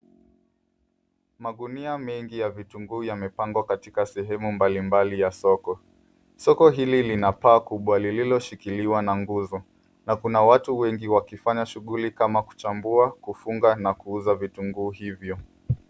Magunia mengi ya vitunguu yamepangwa katika sehemu mbalimbali ya soko. Soko hili lina paa kubwa lililoshikiliwa na nguzo na kuna watu wengi wakifanya shughuli kama kuchambua, kufunga na kuuza vitunguu hivyo.